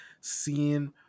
seeing